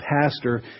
pastor